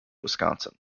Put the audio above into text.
wisconsin